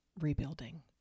rebuilding